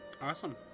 Awesome